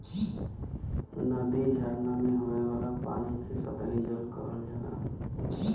नदी, झरना में होये वाला पानी के सतही जल कहल जाला